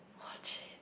watching